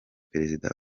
perezida